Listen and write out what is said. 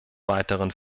weiteren